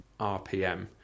RPM